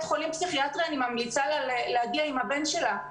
חולים פסיכיאטרי אני ממליצה לה להגיע עם הבן שלה.